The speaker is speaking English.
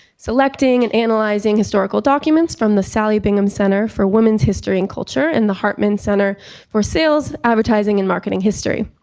selecting and analyzing historical documents from the sallie bingham center for women's history and culture and the hartman center for sales, advertising and marketing history.